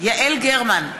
יעל גרמן,